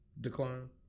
Decline